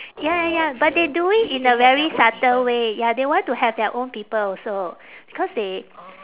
ya ya but they do it in a very subtle way ya they want to have their own people also cause they